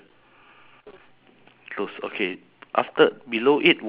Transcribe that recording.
then he w~ he's looking at a lady wearing a bikini